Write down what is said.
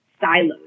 silos